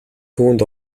түүнд